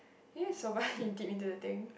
ya soba you dip into the thing